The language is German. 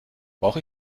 brauche